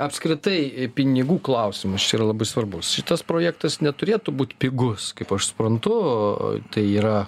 apskritai pinigų klausimas čia yra labai svarbus šitas projektas neturėtų būt pigus kaip aš suprantu tai yra